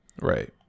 right